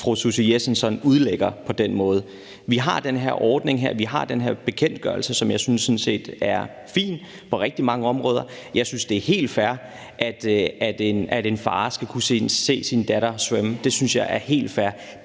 fru Susie Jessen sådan udlægger det på den her måde. Vi har denne ordning, og vi har den her bekendtgørelse, som jeg sådan set synes er fin på rigtig mange områder. Jeg synes, det er helt fair, at en far skal kunne se sin datter svømme. Det synes jeg er helt fair.